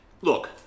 look